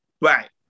Right